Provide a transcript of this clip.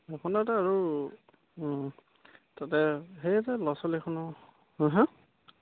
সেইখনতে আৰু অঁ তাতে সেইয়াতে ল'ৰা ছোৱালীখনৰ হাঁ